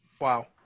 Wow